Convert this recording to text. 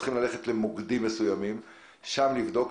אומר שצריכים ללכת למוקדים מסוימים ושם לבדוק.